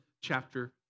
chapter